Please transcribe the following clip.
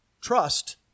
Trust